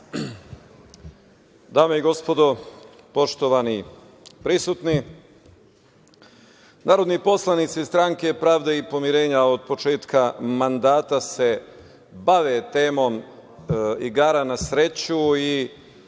Dame i gospodo, poštovani prisutni, narodni poslanici stranke Pravda i pomirenja od početka mandata se bave temom igara na sreću i